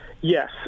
Yes